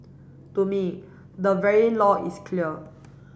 to me the very law is clear